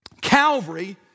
Calvary